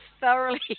thoroughly